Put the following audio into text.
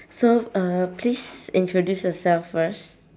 so uh please introduce yourself first